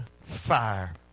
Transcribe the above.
fire